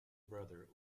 brother